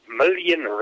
million